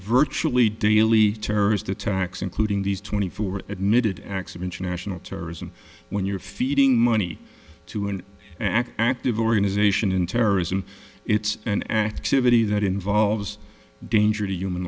virtually daily terrorist attacks including these twenty four admitted acts of international terrorism when you're feeding money to an organization in terrorism it's an activity that involves danger to human